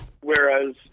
whereas